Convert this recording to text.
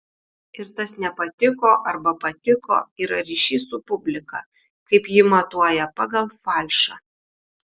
ir tas nepatiko arba patiko yra ryšys su publika kaip ji matuoja pagal falšą